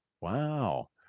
wow